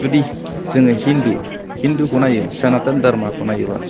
जुदि जोङो हिन्दु हिन्दुखौ नायो सनातन धारमाखौ नायोबा